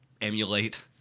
emulate